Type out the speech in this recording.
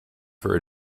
for